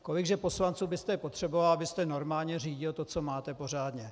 Kolik že poslanců byste potřeboval, abyste normálně řídil to, co máte, pořádně?